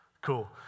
Cool